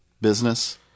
business